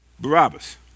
Barabbas